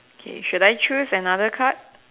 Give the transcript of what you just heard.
K should I choose another card